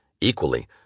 Equally